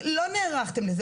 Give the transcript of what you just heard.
לא נערכתם לזה,